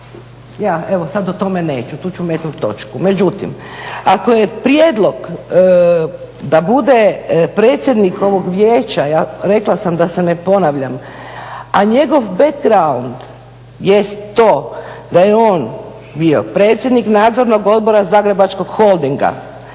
pa, da, sad o tome neću, tu ću metnut točku. Međutim, ako je prijedlog da bude predsjednik ovog vijeća, rekla sam, da se ne ponavljam, a njegov … jeste to da je on bio predsjednik Nadzornog odbora Zagrebačkog holdinga